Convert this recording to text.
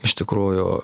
iš tikrųjų